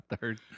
Third